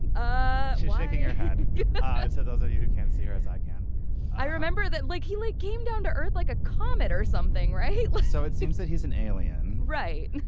ah like and your head so those of you who can't see her as i can i remember that like he like came down to earth like a comet or something right like so it seems that he's an alien right.